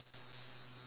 very what